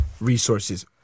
resources